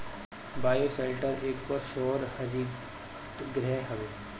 bioshelter एगो सौर हरितगृह हवे